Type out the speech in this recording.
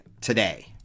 today